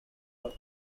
york